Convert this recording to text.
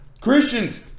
Christians